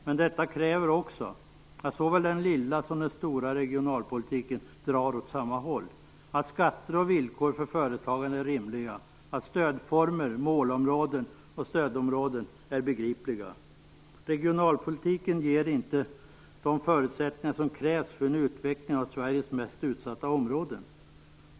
Men detta kräver också att såväl den lilla som den stora regionalpolitiken drar åt samma håll, att skatter och villkor för företagande är rimliga och att stödformer, målområden och stödområden är begripliga. Regionalpolitiken ger inte de förutsättningar som krävs för en utveckling av Sveriges mest utsatta områden.